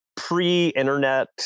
pre-internet